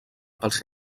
pels